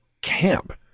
camp